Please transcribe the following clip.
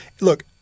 Look